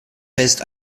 fest